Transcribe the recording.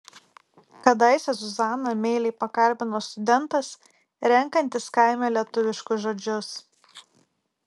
kadaise zuzaną meiliai pakalbino studentas renkantis kaime lietuviškus žodžius